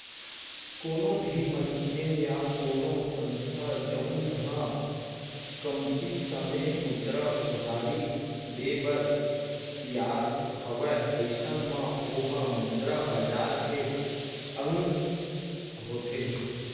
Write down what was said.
कोनो भी मनखे या कोनो संस्था जउन ह कमती समे मुद्रा उधारी देय बर तियार हवय अइसन म ओहा मुद्रा बजार के अंग होथे